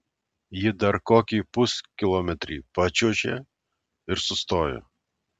ji dar kokį puskilometrį pačiuožė ir sustojo